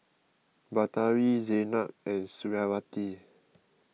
Batari Zaynab and Suriawati